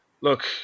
Look